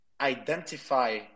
identify